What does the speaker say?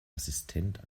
assistent